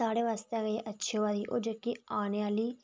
एह् साढ़े आस्तै अच्छी होआ दी जेह्के औने आह्ले